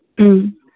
ꯎꯝ